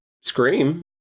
scream